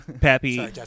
Pappy